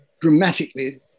dramatically